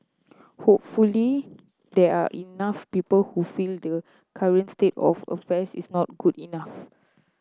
hopefully there are enough people who feel the current state of affairs is not good enough